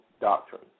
doctrine